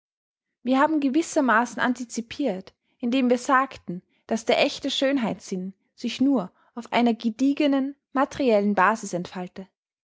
wir haben gewissermaßen anticipirt indem wir sagten daß der echte schönheitssinn sich nur auf einer gediegenen materiellen basis entfalte